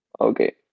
Okay